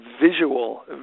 visual